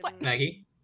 Maggie